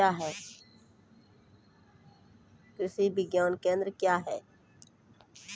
कृषि विज्ञान केंद्र क्या हैं?